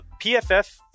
PFF